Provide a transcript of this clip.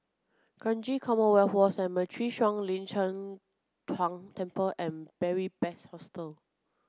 Kranji Commonwealth War Cemetery Shuang Lin Cheng Huang Temple and Beary Best Hostel